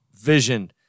vision